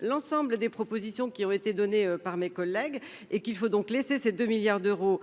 l'ensemble des propositions qui ont été données par mes collègues et qu'il faut donc laisser ces 2 milliards d'euros